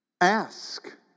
Ask